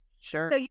Sure